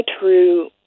true